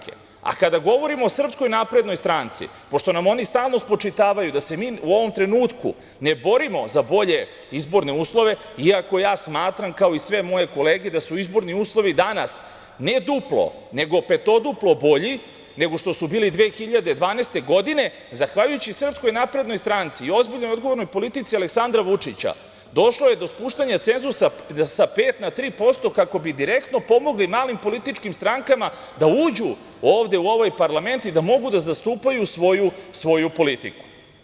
Kada govorimo o SNS, pošto nam oni stalno spočitavaju da se mi u ovom trenutku ne borimo za bolje izborne uslove, iako ja smatram, kao i sve moje kolege da su izborni uslovi danas ne duplo, nego petoduplo bolji, nego što su bili 2012. godine, zahvaljujući SNS i ozbiljnoj i odgovornoj politici Aleksandra Vučića došlo je do spuštanja cenzusa sa pet na tri posto kako bi direktno pomogli malim političkim strankama da uđu ovde u ovaj parlament i da mogu da zastupaju svoju politiku.